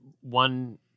one